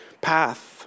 path